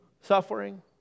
suffering